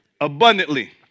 abundantly